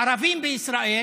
ערבים בישראל,